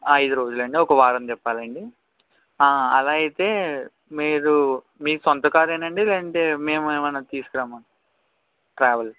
ఐదు రోజులండి ఒక వారం తిప్పాలా అండి అలా అయితే మీరు మీ సొంత కార్ ఏనా అండి లేదంటే మేము ఏమన్నా తీసుకురామా ట్రావెల్